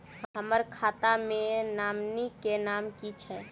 हम्मर खाता मे नॉमनी केँ नाम की छैय